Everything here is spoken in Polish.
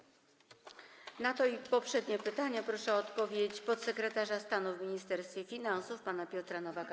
Na to pytanie i poprzednie pytania proszę o odpowiedź podsekretarza stanu w Ministerstwie Finansów pana Piotra Nowaka.